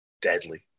deadly